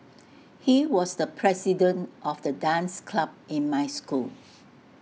he was the president of the dance club in my school